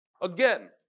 Again